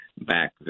back